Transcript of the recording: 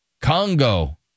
Congo